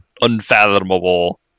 unfathomable